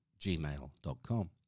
gmail.com